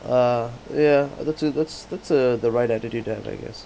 [ah]ya that's a that's that's uh the right attitude to have I guess